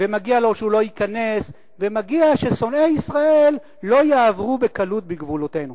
מגיע לו שהוא לא ייכנס ומגיע ששונאי ישראל לא יעברו בקלות בגבולותינו.